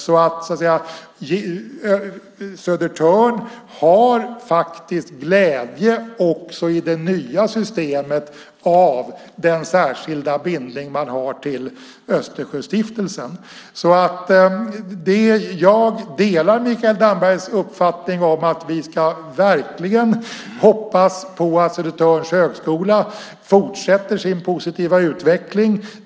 Södertörns högskola har faktiskt också i det nya systemet glädje av den särskilda bindning som man har till Östersjöstiftelsen. Jag delar Mikael Dambergs uppfattning att vi verkligen ska hoppas på att Södertörns högskola fortsätter sin positiva utveckling.